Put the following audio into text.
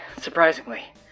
Surprisingly